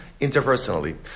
interpersonally